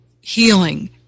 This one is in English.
healing